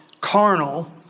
carnal